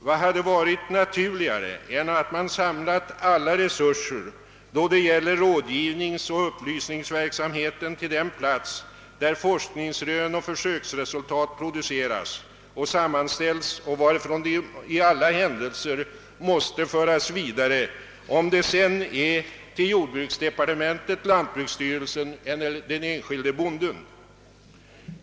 Vad hade varit naturligare än att man samlat alla resurser då det gäller rådgivningsoch upplysningsverksamheten till den plats, där forskningsrön och försöksresultat produceras och sammanställs och varifrån de i alla händelser måste föras vidare, om det sedan är till jordbruksdepartementet, lantbruksstyrelsen eller den enskilde bonden.